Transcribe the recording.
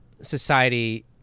society